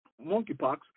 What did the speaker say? monkeypox